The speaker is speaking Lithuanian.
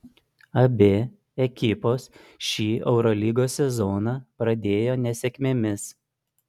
abi ekipos šį eurolygos sezoną pradėjo nesėkmėmis